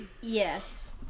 Yes